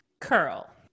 Curl